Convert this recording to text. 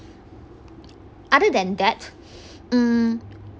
other than that mm